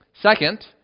Second